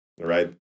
Right